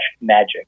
magic